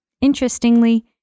Interestingly